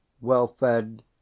well-fed